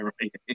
right